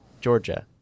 georgia